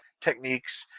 techniques